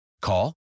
Call